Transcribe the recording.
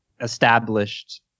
established